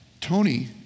Tony